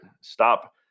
Stop